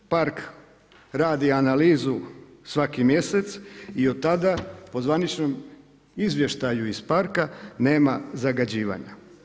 Park radi analizu svaki mjesec i od tada po zvaničnom izvještaju iz parka, nema zagađivanja.